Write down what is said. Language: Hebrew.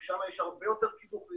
ששם יש הרבה יותר קידוחים